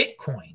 Bitcoin